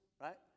right